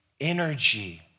energy